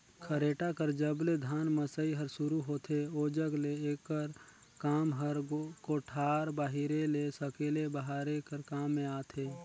खरेटा कर जब ले धान मसई हर सुरू होथे ओजग ले एकर काम हर कोठार बाहिरे ले सकेले बहारे कर काम मे आथे